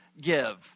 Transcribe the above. give